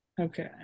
Okay